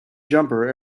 jumper